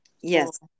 yes